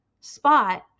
spot